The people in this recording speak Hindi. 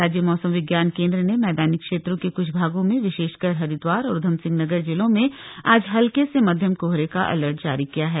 राज्य मौसम विज्ञान केंद्र ने मैदानी क्षेत्रों के कुछ भागों में विशेषकर हरिद्वार और उधमसिंह नगर जिलों में आज हल्के से मध्यम कोहरे का अलर्ट जारी किया है